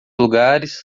lugares